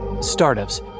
Startups